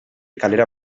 kalera